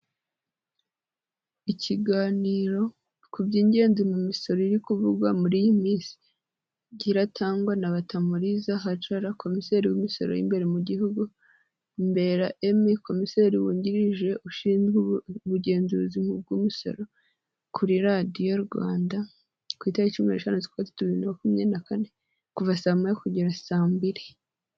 Ikiganiro ku by'ingenzi mu misoro iri kuvugwa muri iyi minsi, kiratangwa na Batamuriza Hajara komiseri w'imisoro y'imbere mu gihugu, Mbera Emmy komiseri wungirije ushinzwe ubugenzuzi bw'umusoro, kuri Radioyo Rwanda, ku itariki cumi n'eshanu z'ukwa gatatu bibiri na makumyabiri na kane, kuva saa moya kugera saa mbiri.